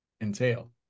entail